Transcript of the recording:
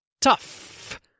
tough